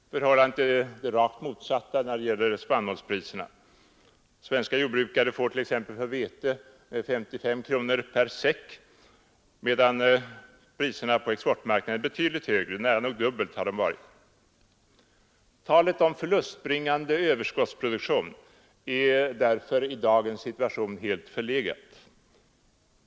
Förhållandet är det rakt motsatta när det gäller spannmålspriserna. Svenska jordbrukare får t.ex. för vete 55 kronor per säck medan priserna på exportmarknaden är betydligt högre; de har varit nära nog dubbelt så höga. Talet om förlustbringande överskottsproduktion är därför i dagens situation helt förlegat.